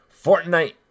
Fortnite